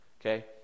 okay